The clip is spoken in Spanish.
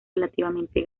relativamente